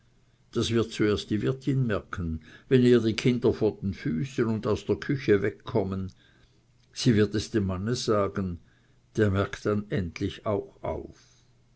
das wird zuerst die wirtin merken wenn ihr die kinder vor den füßen und aus der küche weg kommen sie wird es dem mann sagen der merkt dann endlich auch auf